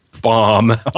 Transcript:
bomb